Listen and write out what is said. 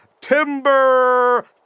timber